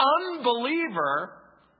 unbeliever